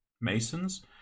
masons